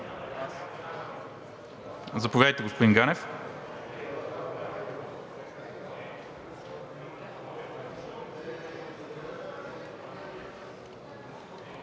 Заповядайте, господин Ганев.